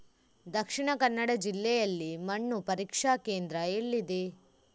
ದಕ್ಷಿಣ ಕನ್ನಡ ಜಿಲ್ಲೆಯಲ್ಲಿ ಮಣ್ಣು ಪರೀಕ್ಷಾ ಕೇಂದ್ರ ಎಲ್ಲಿದೆ?